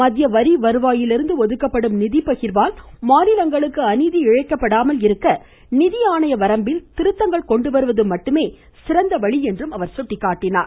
மத்திய வரி வருவாயிலிருந்து ஒதுக்கப்படும் நிதி பகிர்வால் மாநிலங்களுக்கு அநீதி இழைக்கப்படாமல் இருக்க நிதி ஆணைய வரம்பில் திருத்தங்கள் கொண்டுவருவது மட்டுமே சிறந்த வழி என்றும் அவர் சுட்டிக்காட்டியுள்ளார்